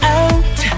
out